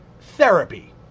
therapy